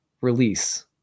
release